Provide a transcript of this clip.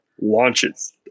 launches